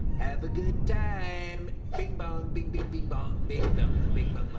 have a good time! bing bong-bing-bing-bing bong. bing-bong-bing.